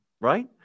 right